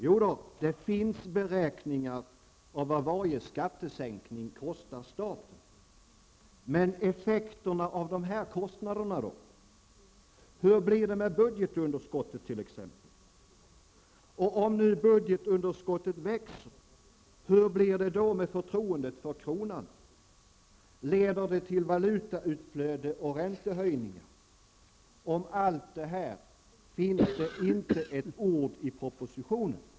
Jo visst, det finns beräkningar av vad varje skattesänkning kostar staten. Men effekterna av dessa kostnader då? Hur blir det med budgetunderskottet t.ex.? Och om nu budgetunderskottet växer, hur blir det då med förtroendet för kronan? Leder det till valutautflöde och räntehöjningar? Om allt detta finns inte ett ord i propositionen?